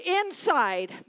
inside